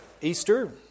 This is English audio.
Easter